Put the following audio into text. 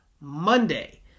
Monday